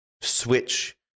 switch